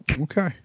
Okay